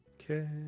Okay